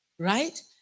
Right